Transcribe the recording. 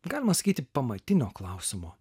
galima sakyti pamatinio klausimo